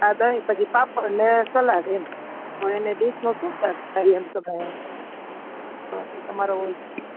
દહીં પછી પાપડ ને છાસ હા એની ડીશને શું ચાર્જ તમારો હોય તો